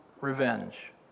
revenge